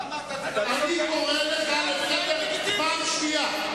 למה אתה, אני קורא אותך לסדר פעם שנייה.